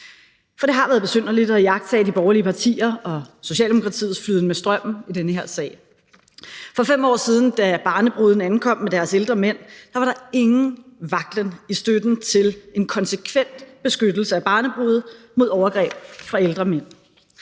For det har været besynderligt at iagttage de borgerlige partier og Socialdemokratiets flyden med strømmen i den her sag. For 5 år siden, da barnebrudene ankom med deres ældre mænd, var der ingen vaklen i støtten til en konsekvent beskyttelse af barnebrude mod overgreb fra ældre mænd.